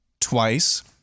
twice